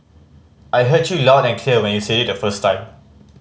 I heard you loud and clear when you said it the first time